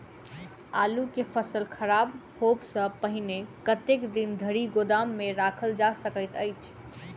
आलु केँ फसल खराब होब सऽ पहिने कतेक दिन धरि गोदाम मे राखल जा सकैत अछि?